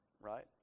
right